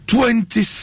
Twenty